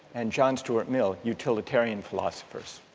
and john stuart mill, utilitarian philosophers.